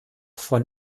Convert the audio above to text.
von